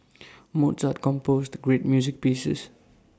Mozart composed great music pieces